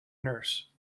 nurse